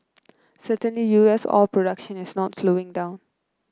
certainly U S oil production is not slowing down